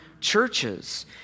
churches